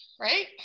right